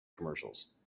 commercials